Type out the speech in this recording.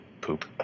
poop